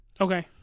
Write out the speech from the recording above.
Okay